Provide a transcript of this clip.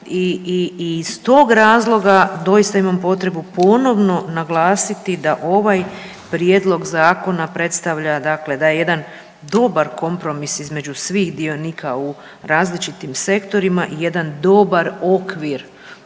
i iz stog razloga doista imam potrebu ponovno naglasiti da ovaj prijedlog zakona predstavlja da je jedan dobar kompromis između svih dionika u različitim sektorima i jedan dobar okvir za